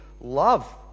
love